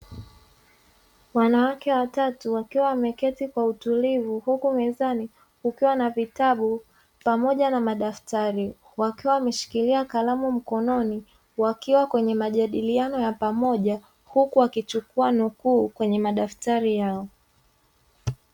Wanawake watatu wakiwa wameketi kwa utulivu, huku mezani kukiwa na vitabu pamoja na madaftari, wakiwa wameshikilia kalamu mkononi, wakiwa kwenye majadiliano ya pamoja, huku wakichukua nukuu kwenye madaftari yao.